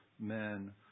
men